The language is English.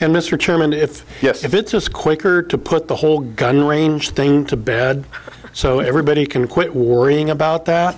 and mr chairman if yes if it's quicker to put the whole gun range thing to bed so everybody can quit worrying about that